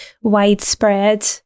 widespread